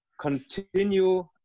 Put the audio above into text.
continue